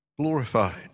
glorified